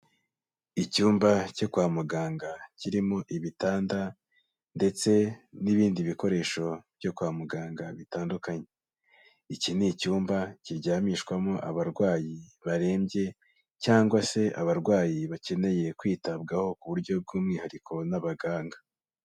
Icyumba cyo kwa muganga kirimo ibitanda ndetse n'ibindi bikoresho byo kwa muganga bitandukanye, iki ni icyumba kiryamishwamo abarwayi barembye cyangwa se abarwayi bakeneye kwitabwaho ku buryo bw'umwihariko n'abaganga.